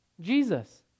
Jesus